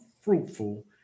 fruitful